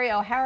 O'HARA